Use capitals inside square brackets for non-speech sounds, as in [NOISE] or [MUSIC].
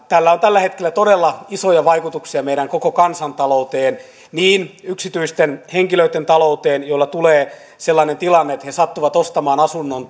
tällä on tällä hetkellä todella isoja vaikutuksia meidän koko kansantalouteen niin yksityisten henkilöitten talouteen joilla tulee sellainen tilanne että he sattuvat ostamaan asunnon [UNINTELLIGIBLE]